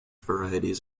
varieties